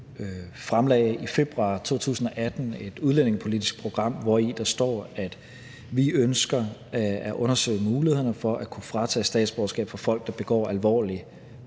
fremlagde i februar 2018 et udlændingepolitisk program, hvori der står, at vi ønsker at undersøge mulighederne for at kunne fratage statsborgerskabet fra folk, der begår